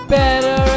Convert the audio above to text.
better